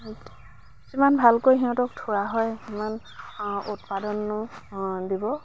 যিমান ভালকৈ সিহঁতক থোৱা হয় সিমান উৎপাদনো দিব